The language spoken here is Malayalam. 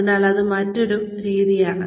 അതിനാൽ അത് മറ്റൊരു വഴിയാണ്